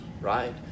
right